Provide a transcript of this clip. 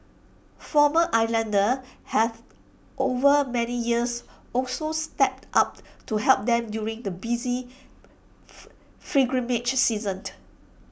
former islanders have over many years also stepped up to help them during the busy pilgrimage season